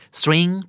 string